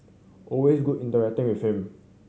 always good interacting with him